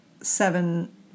seven